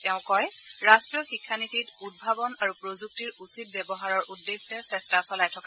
তেওঁ কয় ৰাষ্ট্ৰীয় শিক্ষা নীতিত আমি উদ্ভাৱন আৰু প্ৰযুক্তিৰ উচিত ব্যৱহাৰৰ উদ্দেশ্যে চেষ্টা চলাই আছো